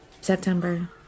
September